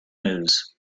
news